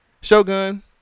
Shogun